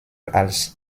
als